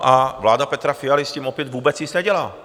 A vláda Petra Fialy s tím opět vůbec nic nedělá!